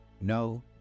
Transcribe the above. no